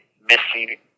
missing